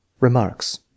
Remarks